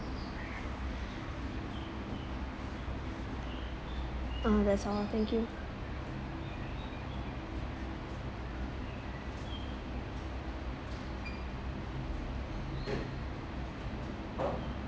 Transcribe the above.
uh that's all thank you